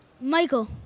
Michael